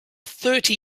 thirty